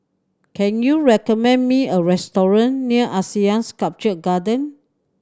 can you recommend me a restaurant near ASEAN Sculpture Garden